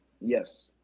Yes